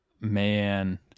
man